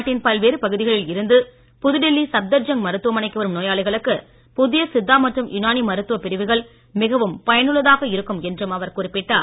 நாட்டின் பல்வேறு பகுதிகளில் இருந்து புதுடில்லி சப்தர்ஜங் மருத்துவமனைக்கு வரும் நோயாளிகளுக்கு புதிய சித்தா மற்றும் யுனானி மருத்துவப்பிரிவுகள் மிகவும் பயனுள்ளதாக இருக்கும் என்றும் அவர் குறிப்பிட்டார்